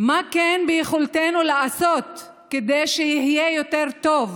מה כן ביכולתנו לעשות כדי שיהיה יותר טוב?